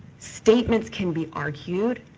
statements can be argued,